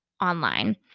online